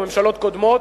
או ממשלות קודמות,